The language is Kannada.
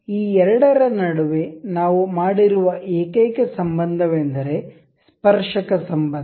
ಈ ಎರಡರ ನಡುವೆ ನಾವು ಮಾಡಿರುವ ಏಕೈಕ ಸಂಬಂಧವೆಂದರೆ ಸ್ಪರ್ಶಕ ಸಂಬಂಧ